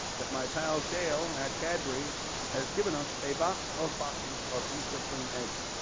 that my pal dale at cadbury has given us a box of boxes of easter cream eggs